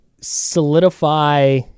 Solidify